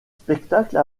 spectacles